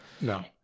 No